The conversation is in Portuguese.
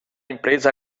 empresa